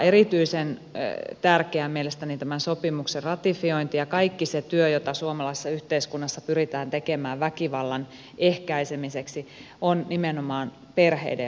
erityisen tärkeää mielestäni tämän sopimuksen ratifiointi ja kaikki se työ jota suomalaisessa yhteiskunnassa pyritään tekemään väkivallan ehkäisemiseksi on nimenomaan perheiden ja lasten kannalta